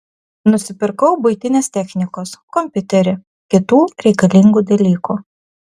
nusipirkau buitinės technikos kompiuterį kitų reikalingų dalykų